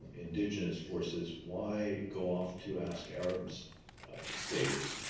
indigenous forces, why go off to ask arab states